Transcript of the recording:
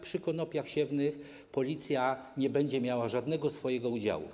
Przy konopiach siewnych Policja nie będzie miała żadnego udziału.